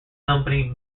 company